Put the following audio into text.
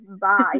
bye